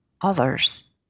others